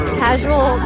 casual